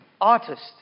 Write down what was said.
artist